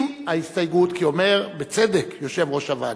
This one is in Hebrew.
אם ההסתייגות, כי אומר בצדק יושב-ראש הוועדה: